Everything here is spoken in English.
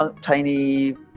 tiny